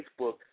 Facebook